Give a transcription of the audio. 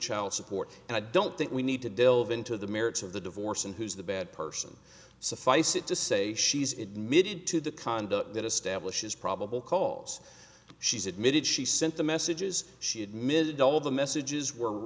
child support and i don't think we need to delve into the merits of the divorce and who's the bad person suffice it to say she's admitted to the conduct that establishes probable cause she's admitted she sent the messages she admitted all of the messages were